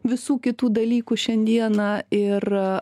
visų kitų dalykų šiandiena ir